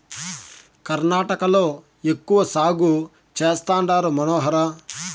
కర్ణాటకలో ఎక్కువ సాగు చేస్తండారు మనోహర